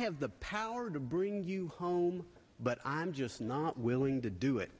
have the power to bring you home but i'm just not willing to do it